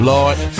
Lord